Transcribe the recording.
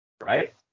right